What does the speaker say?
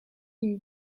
une